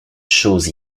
chose